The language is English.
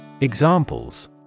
Examples